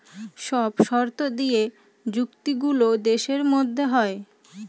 সব শর্ত দিয়ে চুক্তি গুলো দেশের মধ্যে হয়